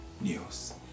news